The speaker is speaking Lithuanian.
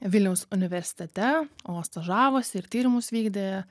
vilniaus universitete o stažavosi ir tyrimus vykdė